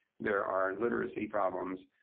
there are literacy problems,